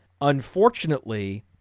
Unfortunately